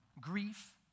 Grief